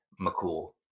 McCool